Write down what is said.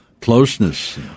closeness